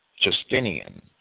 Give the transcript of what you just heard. Justinian